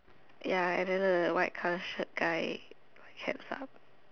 ya and then the white colour shirt guy hands up